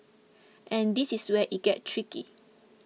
and this is where it gets tricky